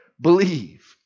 believe